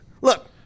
look